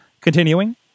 continuing